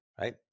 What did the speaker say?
right